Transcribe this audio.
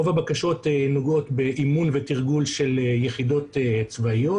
רוב הבקשות נוגעות באימון ותרגול של יחידות צבאיות,